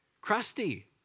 crusty